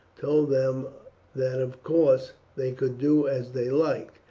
told them that of course they could do as they liked,